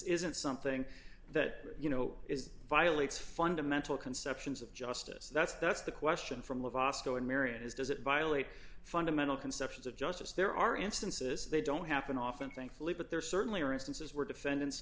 isn't something that you know is violates fundamental conceptions of justice that's that's the question from the waskow in marion is does it violate fundamental conceptions of justice there are instances they don't happen often thankfully but there certainly are instances where defendants